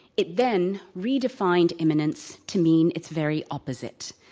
it then redefined imminence to mean its very opposite.